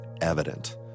evident